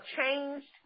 changed